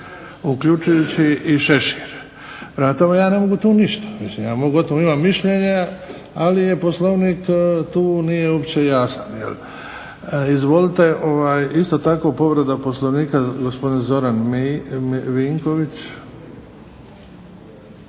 uključujući i šešir. prema tome, ja ne mogu tu ništa, ja mogu o tome imati mišljenje ali je Poslovnik tu nije uopće jasan. Izvolite isto tako povreda Poslovnika gospodin Zoran Vinković.